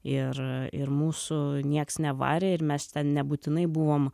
ir ir mūsų nieks nevarė ir mes nebūtinai buvom